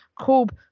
called